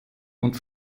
und